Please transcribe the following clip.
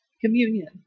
communion